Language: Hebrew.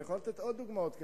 אני יכול לתת עוד דוגמאות כאלה.